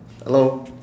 hello